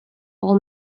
all